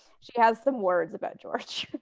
she has some words about george.